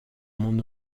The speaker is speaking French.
mon